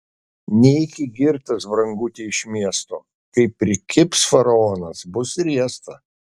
neiki girtas branguti iš miesto kai prikibs faraonas bus riesta